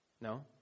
No